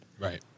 right